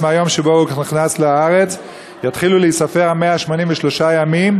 מהיום שהוא נכנס לארץ יתחילו להיספר 183 הימים,